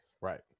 Right